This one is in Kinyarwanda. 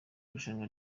irushanwa